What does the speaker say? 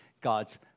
God's